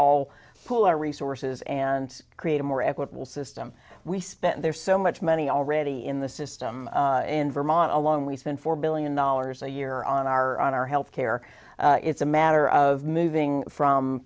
pool our resources and create a more equitable system we spend there's so much money already in the system in vermont along we spend four billion dollars a year on our on our health care it's a matter of moving from